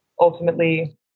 ultimately